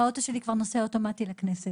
האוטו שלי כבר נוסע אוטומטית לכנסת.